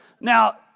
Now